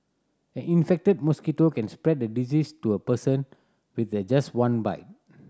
an infected mosquito can spread the disease to a person with the just one bite